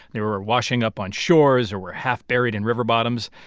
they were washing up on shores or were half buried in river bottoms,